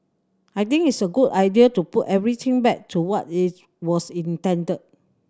I think it's a good idea to put everything back to what it's was intended